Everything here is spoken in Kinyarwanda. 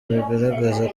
bigaragaza